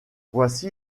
voici